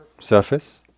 Surface